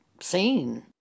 seen